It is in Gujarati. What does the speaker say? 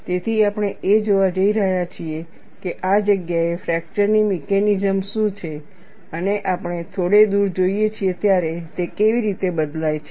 તેથી આપણે એ જોવા જઈ રહ્યા છીએ કે આ જગ્યાએ ફ્રેક્ચર ની મિકેનિઝમ શું છે અને આપણે થોડે દૂર જોઈએ છીએ ત્યારે તે કેવી રીતે બદલાય છે